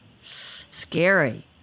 scary